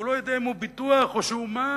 הוא לא יודע אם הוא ביטוח או שהוא מס.